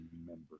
remember